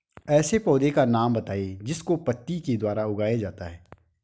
ऐसे पौधे का नाम बताइए जिसको पत्ती के द्वारा उगाया जाता है